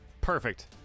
Perfect